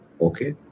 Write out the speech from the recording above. okay